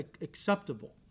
acceptable